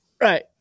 right